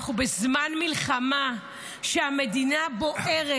העובדה שאנחנו בזמן מלחמה, שהמדינה בוערת,